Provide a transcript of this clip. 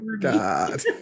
God